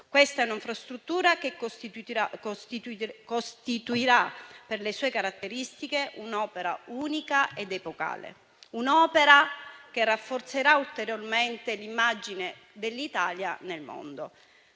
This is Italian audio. Questa è un'infrastruttura che costituirà, per le sue caratteristiche, un'opera unica ed epocale, un'opera che rafforzerà ulteriormente l'immagine dell'Italia nel mondo.